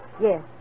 Yes